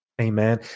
amen